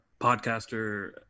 podcaster